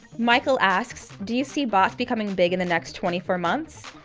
michael asked, do you see bots becoming big in the next twenty four months?